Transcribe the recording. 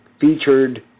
featured